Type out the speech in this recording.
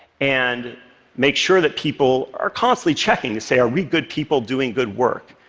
and make sure that people are constantly checking to say, are we good people doing good work?